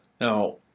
Now